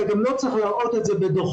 אתה גם לא צריך להראות את זה בדוחות,